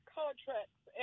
contracts